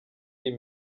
iyi